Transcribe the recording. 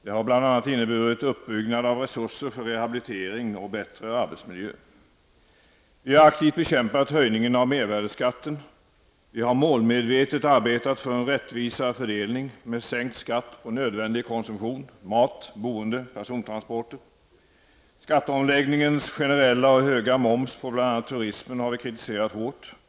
Det har bl.a. inneburit uppbyggnad av resurser för rehabilitering och bättre arbetsmiljö. Vi har aktivt bekämpat höjningen av mervärdeskatten, vi har målmedvetet arbetat för en rättvisare fördelning med sänkt skatt på nödvändig konsumtion; mat, boende och persontransporter. Skatteomläggningens generella och höga moms på bl.a. turismen har vi kritiserat hårt.